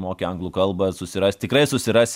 moki anglų kalbą susirast tikrai susirasi